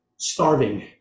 starving